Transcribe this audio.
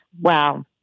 wow